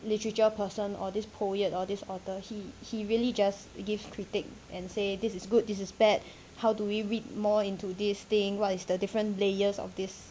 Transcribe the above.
literature person or this poet or this author he he really just gives critic and say this is good this is bad how do we read more into this thing what is the different layers of this